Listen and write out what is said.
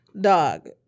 Dog